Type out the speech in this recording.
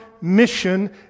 mission